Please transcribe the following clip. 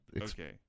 Okay